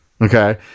okay